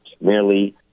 merely